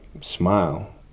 smile